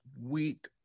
week